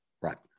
Right